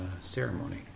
ceremony